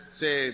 say